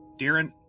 Darren